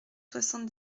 soixante